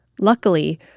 Luckily